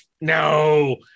no